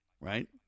right